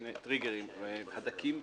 הֲדָקִים,